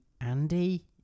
Andy